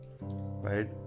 right